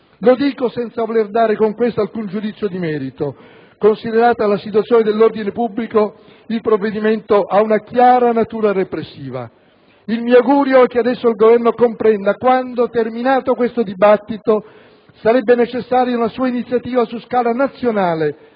Lo dico senza voler dare con ciò alcun giudizio di merito. Considerata la situazione dell'ordine pubblico, il provvedimento ha una chiara natura repressiva. Il mio augurio è che adesso il Governo comprenda quanto sarebbe necessaria, terminato questo dibattito, una sua iniziativa su scala nazionale,